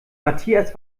matthias